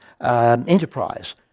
enterprise